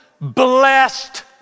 blessed